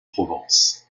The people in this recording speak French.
provence